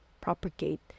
propagate